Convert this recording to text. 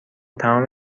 تمام